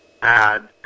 Add